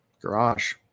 garage